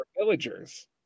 villagers